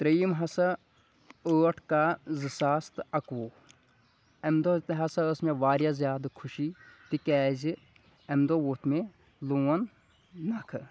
ترٛیٚیِم ہَسا ٲٹھ کاہہ زٕساس تہٕ اَکوُہ اَمہِ دۄہ تہِ ہسا ٲس مےٚ واریاہ زیادٕ خوشی تِکیازِ اَمہِ دۄہ ووٚتھ مےٚ لون نَکھہٕ